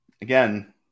Again